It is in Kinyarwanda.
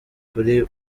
kuri